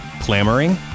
Clamoring